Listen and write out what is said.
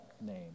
name